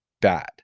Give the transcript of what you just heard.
bad